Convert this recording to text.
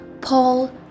Paul